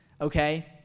okay